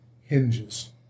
hinges